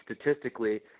statistically